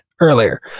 earlier